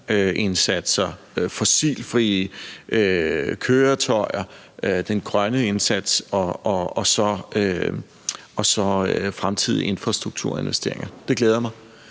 klimaindsatser, fossilfrie køretøjer, den grønne indsats og så fremtidige infrastrukturinvesteringer. Det glæder mig.